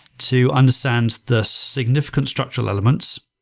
to understand the significant structured elements.